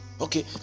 okay